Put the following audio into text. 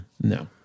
No